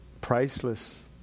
priceless